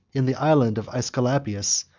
in the island of aesculapius,